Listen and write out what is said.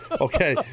okay